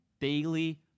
daily